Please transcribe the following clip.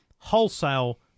wholesale